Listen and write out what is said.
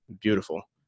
beautiful